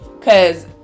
Cause